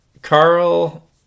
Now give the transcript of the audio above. Carl